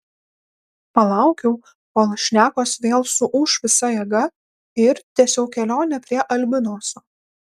palaukiau kol šnekos vėl suūš visa jėga ir tęsiau kelionę prie albinoso